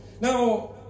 Now